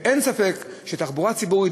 אין ספק שתחבורה ציבורית,